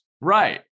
Right